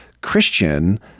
Christian